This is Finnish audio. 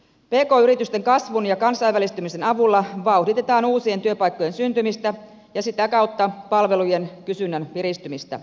pk yritysten kasvun ja kansainvälistymisen avulla vauhditetaan uusien työpaikkojen syntymistä ja sitä kautta palvelujen kysynnän piristymistä